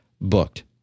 booked